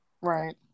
Right